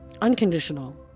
Unconditional